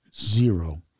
Zero